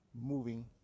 moving